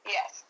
Yes